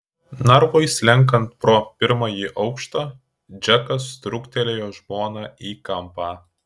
narvui slenkant pro pirmąjį aukštą džekas trūktelėjo žmoną į kampą